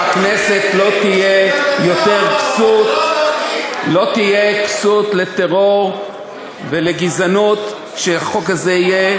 והכנסת לא תהיה יותר כסות לטרור ולגזענות כשהחוק הזה יהיה,